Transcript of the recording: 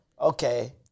okay